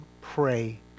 pray